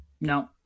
No